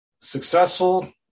Successful